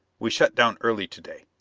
we shut down early to-day.